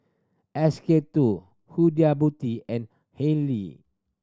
S K Two Huda Beauty and Haylee